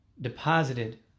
deposited